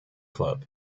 club